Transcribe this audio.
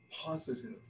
positive